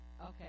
Okay